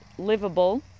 livable